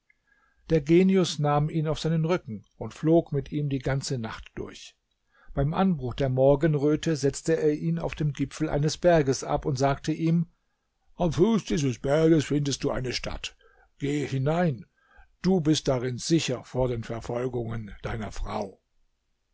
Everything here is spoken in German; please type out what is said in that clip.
der genius nahm ihn auf seinen rücken und flog mit ihm die ganze nacht durch beim anbruch der morgenröte setzte er ihn auf dem gipfel eines berges ab und sagte ihm am fuß dieses berges findest du eine stadt gehe hinein du bist darin sicher vor den verfolgungen deiner frau